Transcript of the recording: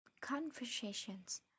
conversations